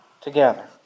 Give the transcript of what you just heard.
together